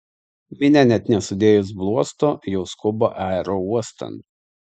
minia net nesudėjus bluosto jau skuba aerouostan